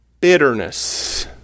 bitterness